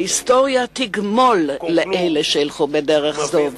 ההיסטוריה תגמול לאלה שילכו בדרך זו.